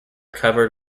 covered